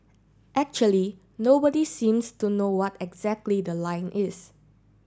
actually nobody seems to know what exactly the line is